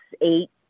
eight